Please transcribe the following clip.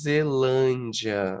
Zelândia